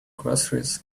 groceries